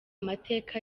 mateka